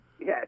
Yes